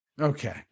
Okay